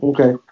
Okay